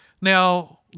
Now